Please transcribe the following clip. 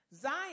Zion